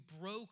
broke